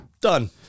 Done